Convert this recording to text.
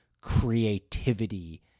creativity